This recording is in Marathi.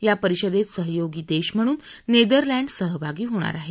या परिषदेत सहयोगी देश म्हणून नेदरलँड सहभागी होणार आहे